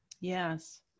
Yes